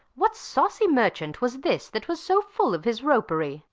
what saucy merchant was this that was so full of his ropery?